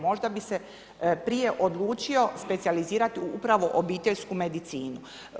Možda bi se prije odlučio specijalizirati upravo obiteljsku medicinu.